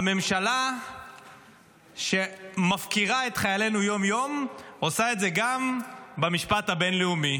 הממשלה שמפקירה את חיילינו יום-יום עושה את זה גם במשפט הבין-לאומי,